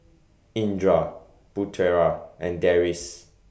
Indra Putera and Deris